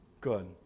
Good